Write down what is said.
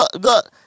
God